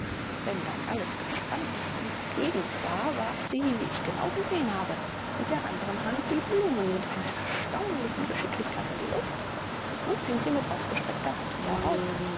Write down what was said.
wenn dann alles gespannt nach dieser gegend sah warf sie wie ich genau gesehen habe mit der anderen hand die blumen mit einer erstaunlichen geschicklichkeit in die luft und fing sie mit ausgestreckter hand wieder auf